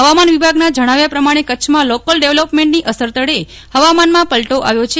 ફવામાન વિભાગના જણાવ્યા પ્રમાણે કચ્છમાં લોકલ ડેવલોપમેન્ટની અસર તળે ફવામાનમાં પલટો આવ્યો છે